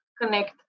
connect